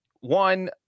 one